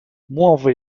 muove